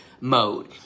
mode